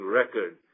record